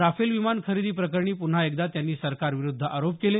Rafale विमान खरेदी प्रकरणी पुन्हा एकदा त्यांनी सरकारविरूद्ध आरोप केले